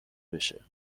باشه